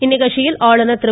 இந்நிகழ்ச்சியில் ஆளுநர் திரு